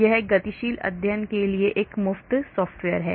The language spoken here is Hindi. यह गतिशील अध्ययन के लिए एक मुफ्त सॉफ्टवेयर है